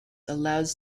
allows